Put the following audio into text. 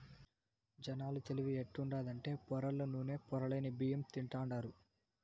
జనాల తెలివి ఎట్టుండాదంటే పొరల్ల నూనె, పొరలేని బియ్యం తింటాండారు